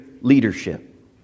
Leadership